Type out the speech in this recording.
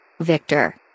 Victor